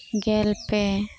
ᱜᱮᱞ ᱯᱮ